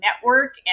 network